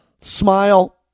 Smile